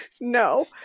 no